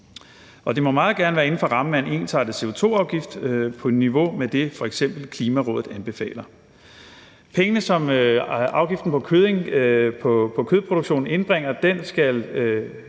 det må meget gerne være inden for rammen af en ensartet CO2-afgift på niveau med det, som f.eks. Klimarådet anbefaler. Pengene, som afgiften på kødproduktion indbringer, skal